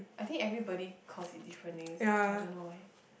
I think everybody calls it different names I don't know eh